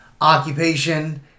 occupation